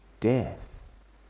death